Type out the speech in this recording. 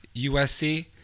USC